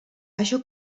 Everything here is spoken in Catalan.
això